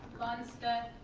lunstedt.